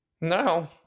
No